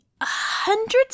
hundreds